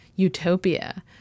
utopia